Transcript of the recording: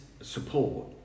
support